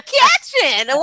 catching